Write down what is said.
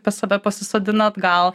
pas save pasisodino atgal